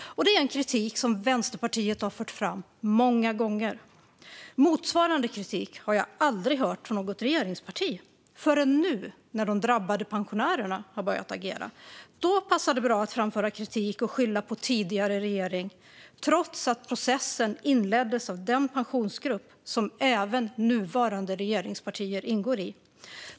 Det är en kritik som Vänsterpartiet har fört fram många gånger. Motsvarande kritik har jag aldrig hört från något regeringsparti förrän nu när de drabbade pensionärerna har börjat agera. Då passar det bra att framföra kritik och skylla på tidigare regering, trots att processen inleddes av den pensionsgrupp som även nuvarande regeringspartier ingår i.